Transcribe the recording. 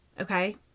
Okay